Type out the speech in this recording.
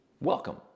welcome